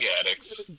addicts